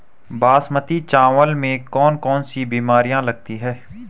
बासमती चावल में कौन कौन सी बीमारियां लगती हैं?